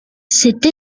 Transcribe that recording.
cette